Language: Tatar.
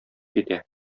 китә